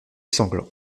sanglant